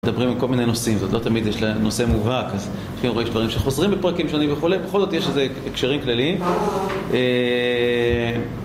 מדברים עם כל מיני נושאים, זאת לא תמיד יש לה נושא מובהק אז יש דברים שחוזרים בפרקים שונים וכולי, בכל זאת יש לזה הקשרים כלליים